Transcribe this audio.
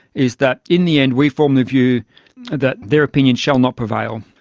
is that in the end we form the view that their opinion shall not prevail.